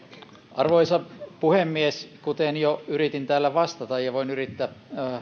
arvoisa puhemies kuten jo yritin täällä vastata ja voin yrittää